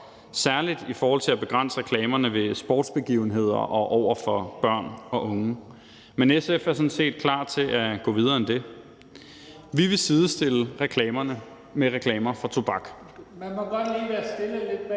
særlig i forhold til at begrænse reklamerne ved sportsbegivenheder og over for børn og unge. Men SF er sådan set klar til at gå videre end det. Vi vil sidestille reklamerne med reklamer for tobak.